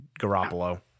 Garoppolo